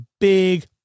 big